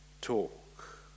talk